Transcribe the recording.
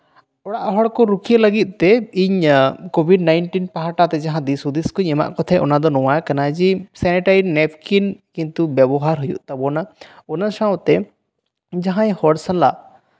ᱚᱲᱟᱜ ᱦᱚᱲ ᱠᱚ ᱨᱩᱠᱷᱤᱭᱟᱹ ᱞᱟᱹᱜᱤᱫ ᱛᱮ ᱤᱧ ᱠᱳᱵᱷᱤᱰ ᱱᱟᱭᱤᱱᱴᱤᱱ ᱵᱟᱠᱷᱨᱟ ᱛᱮ ᱡᱟᱦᱟᱸ ᱫᱤᱥᱦᱩᱫᱤᱥ ᱠᱩᱧ ᱮᱢᱟᱫ ᱠᱚ ᱛᱟᱦᱮᱱᱟ ᱚᱱᱟ ᱫᱚ ᱱᱚᱣᱟ ᱠᱟᱱᱟ ᱡᱮ ᱥᱮᱱᱤᱴᱟᱭᱤᱱ ᱱᱮᱯᱠᱤᱱ ᱠᱤᱱᱛᱩ ᱵᱮᱣᱦᱟᱨ ᱦᱩᱭᱩᱜ ᱛᱟᱵᱚᱱᱟ ᱚᱱᱟ ᱥᱟᱶᱛᱮ ᱡᱟᱦᱟᱸᱭ ᱦᱚᱲ ᱥᱟᱞᱟᱜ